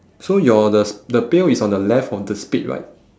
so your the sp~ the pail is on the left of the spade right